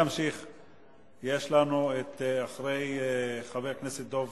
אחרי דב